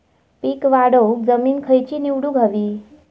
पीक वाढवूक जमीन खैची निवडुक हवी?